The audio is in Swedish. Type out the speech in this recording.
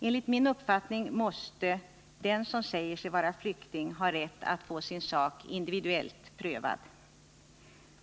Enligt min uppfattning måste den som säger sig vara flykting ha rätt att få sin sak individuellt prövad.